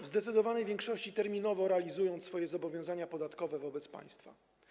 W zdecydowanej większości terminowo realizują swoje zobowiązania podatkowe wobec państwa.